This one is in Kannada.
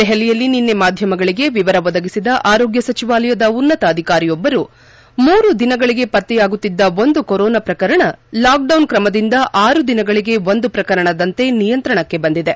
ದೆಹಲಿಯಲ್ಲಿ ನಿನ್ನೆ ಮಾಧ್ಯಮಗಳಿಗೆ ವಿವರ ಒದಗಿಸಿದ ಆರೋಗ್ಯ ಸಚಿವಾಲಯದ ಉನ್ನತ ಅಧಿಕಾರಿಯೊಬ್ಬರು ಮೂರು ದಿನಗಳಿಗೆ ಪತ್ತೆಯಾಗುತ್ತಿದ್ದ ಒಂದು ಕೊರೋನಾ ಪ್ರಕರಣ ಲಾಕ್ಡೌನ್ ಕ್ರಮದಿಂದ ಆರು ದಿನಗಳಿಗೆ ಒಂದು ಪ್ರಕರಣದಂತೆ ನಿಯಂತ್ರಣಕ್ಕೆ ಬಂದಿದೆ